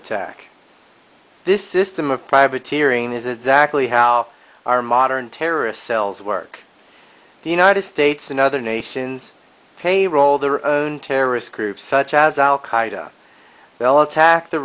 attack this system of privateering is exactly how our modern terrorist cells work the united states and other nations payroll their own terrorist groups such as al qaeda well attack the